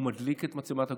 הוא מדליק את מצלמת הגוף,